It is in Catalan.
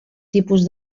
tipus